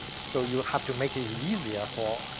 so you have to make it easier for